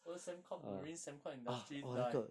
我的 Sembcorp Marine Sembcorp industry die